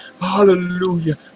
Hallelujah